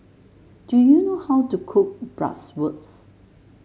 do you know how to cook Bratwurst